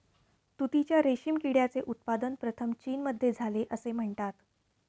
तुतीच्या रेशीम किड्याचे उत्पादन प्रथम चीनमध्ये झाले असे म्हणतात